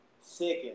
second